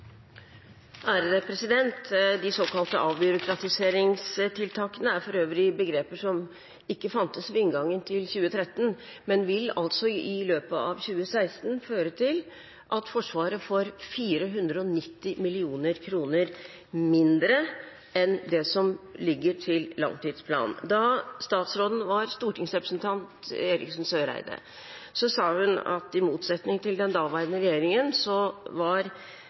for øvrig begreper som ikke fantes ved inngangen til 2013, men vil altså i løpet av 2016 føre til at Forsvaret får 490 mill. kr mindre enn det som ligger i langtidsplanen. Da statsråden var stortingsrepresentant Eriksen Søreide, sa hun at i motsetning til den daværende regjeringen var